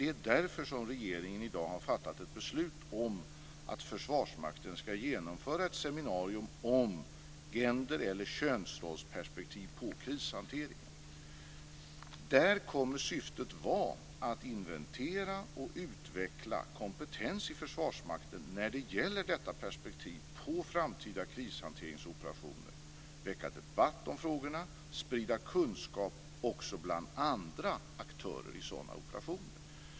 Det är därför som regeringen i dag har fattat ett beslut om att Försvarsmakten ska genomföra ett seminarium om gender eller könsrollsperspektiv på krishanteringen. Där kommer syftet att vara att inventera och utveckla kompetens i Försvarsmakten när det gäller detta perspektiv på framtida krishanteringsoperationer, väcka debatt om frågorna och sprida kunskap också bland andra aktörer i sådan operationer.